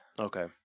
Okay